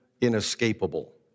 inescapable